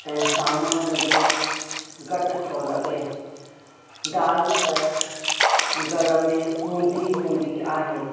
ऐं सामान बि घटि थो लॻे दालि त घर में हूंदी हूंदी आहे